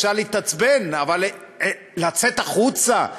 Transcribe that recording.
אפשר להתעצבן, אבל לצאת החוצה?